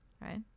Right